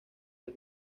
del